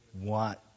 want